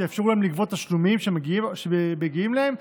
שיאפשרו להן לגבות את התשלומים המגיעים להן,